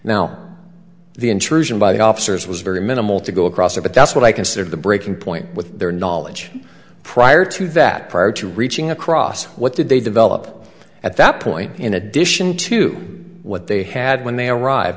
now the intrusion by the officers was very minimal to go across it but that's what i consider the breaking point with their knowledge prior to that prior to reaching across what did they develop at that point in addition to what they had when they arrive